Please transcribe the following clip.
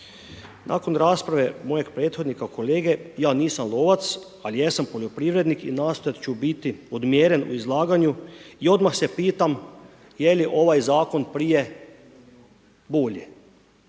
Nakon rasprave mojeg prethodnika kolege, ja nisam lovac, ali jesam poljoprivrednik i nastojat ću biti odmjeren u izlaganju i odmah se pitam je li ovaj zakon prije bolje.